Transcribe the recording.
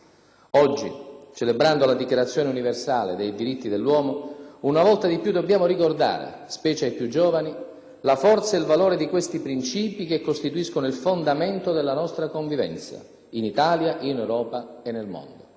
Oggi, celebrando la Dichiarazione universale dei diritti dell'uomo, una volta di più dobbiamo ricordare, specie ai più giovani, la forza e il valore di questi principi che costituiscono il fondamento della nostra convivenza, in Italia, in Europa e nel mondo.